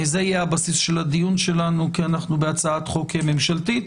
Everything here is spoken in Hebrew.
זה יהיה בסיס הדיון כי אנחנו בהצעת חוק ממשלתית,